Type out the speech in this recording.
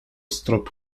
strop